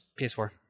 PS4